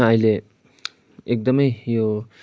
अहिले एकदमै यो